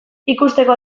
ikusteko